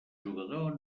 jugador